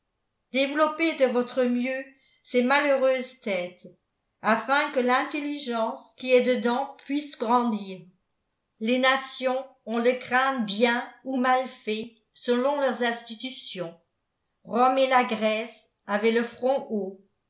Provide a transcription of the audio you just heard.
développez de votre mieux ces malheureuses têtes afin que l'intelligence qui est dedans puisse grandir les nations ont le crâne bien ou mal fait selon leurs institutions rome et la grèce avaient le front haut